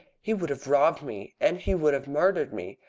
he would have robbed me. and he would have murdered me.